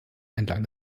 entlang